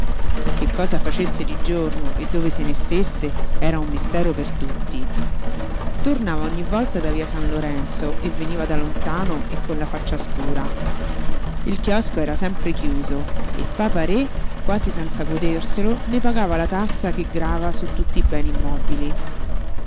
che cosa facesse di giorno e dove se ne stesse era un mistero per tutti tornava ogni volta da via san lorenzo e veniva da lontano e con la faccia scura il chiosco era sempre chiuso e papa-re quasi senza goderselo ne pagava la tassa che grava su tutti i beni immobili